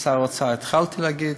לשר האוצר התחלתי להגיד,